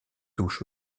touche